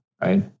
right